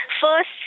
first